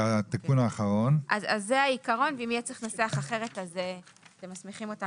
זה העיקרון ואם יהיה צריך לנסח אחרת אז אתם מסמיכים אותנו.